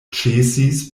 ĉesis